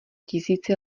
tisíci